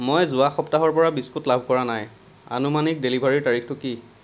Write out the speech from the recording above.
মই যোৱা সপ্তাহৰ পৰা বিস্কুট লাভ কৰা নাই আনুমানিক ডেলিভাৰীৰ তাৰিখটো কি